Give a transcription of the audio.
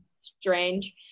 Strange